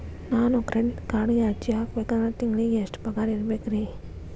ನಾನು ಕ್ರೆಡಿಟ್ ಕಾರ್ಡ್ಗೆ ಅರ್ಜಿ ಹಾಕ್ಬೇಕಂದ್ರ ತಿಂಗಳಿಗೆ ಎಷ್ಟ ಪಗಾರ್ ಇರ್ಬೆಕ್ರಿ?